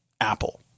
Apple